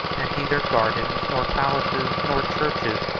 and neither gardens, nor palaces, nor churches,